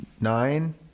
nine